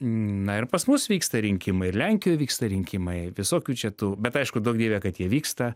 na ir pas mus vyksta rinkimai ir lenkijoj vyksta rinkimai visokių čia tų bet aišku duok dieve kad jie vyksta